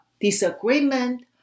disagreement